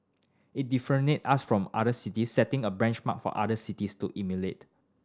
it differentiate us from other cities setting a benchmark for other cities to emulate